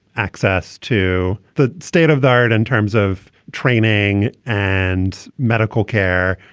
access to the state of the art in terms of training and medical care.